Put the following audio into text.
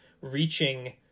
reaching